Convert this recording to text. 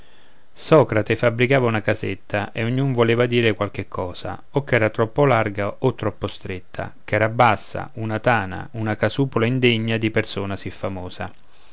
socrate fabbricava una casetta e ognun voleva dire qualche cosa o ch'era troppo larga o troppo stretta ch'era bassa una tana una casupola indegna di persona sì famosa